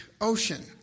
Ocean